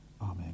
Amen